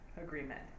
agreement